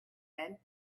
said